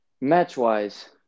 match-wise